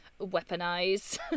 weaponize